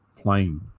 plane